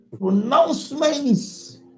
pronouncements